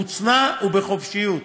מוצנע ובחופשיות.